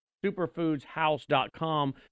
superfoodshouse.com